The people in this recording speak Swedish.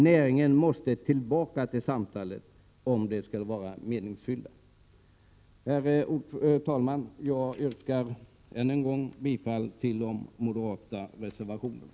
Näringen måste tillbaka till samtalen om de skall bli meningsfyllda. Herr talman! Jag yrkar än en gång bifall till de moderata reservationerna.